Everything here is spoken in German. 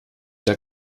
der